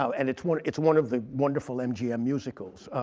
so and it's one it's one of the wonderful mgm musicals.